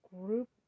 group